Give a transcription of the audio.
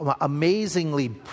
amazingly